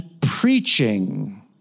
preaching